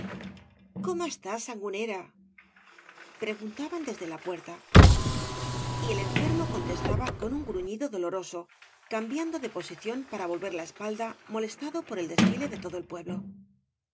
góm estás sangonera preguruaban desde la puerta y el enfermo contestaba con un gruñido doloroso cambiando de posición para volver ia espalda molestado por el desfile de todo el pueblo